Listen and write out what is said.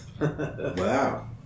wow